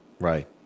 right